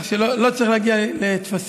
כך שלא צריך להגיע לטפסים.